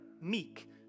meek